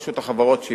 רשות החברות,